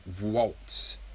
waltz